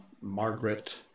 Margaret